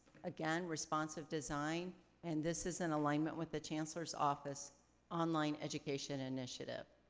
again, responsive design and this is in alignment with the chancellor's office online education initiative.